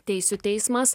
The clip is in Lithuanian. teisių teismas